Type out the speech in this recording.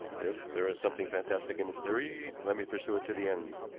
if there is something fantastic in this theory, let me pursue it to the end.